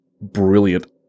brilliant